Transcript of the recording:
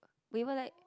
we were like